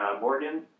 Morgan